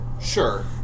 Sure